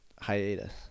hiatus